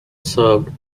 served